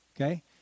Okay